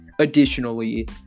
Additionally